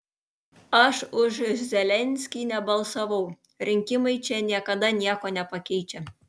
aš už zelenskį nebalsavau rinkimai čia niekada nieko nepakeičia